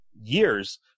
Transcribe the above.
years